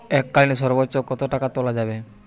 এককালীন সর্বোচ্চ কত টাকা তোলা যাবে?